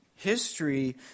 history